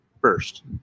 first